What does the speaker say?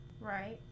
Right